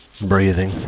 Breathing